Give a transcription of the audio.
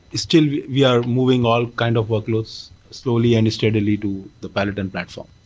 still, we are moving all kind of workloads slowly and steadily to the peloton platform.